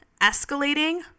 escalating